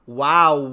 wow